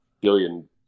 billion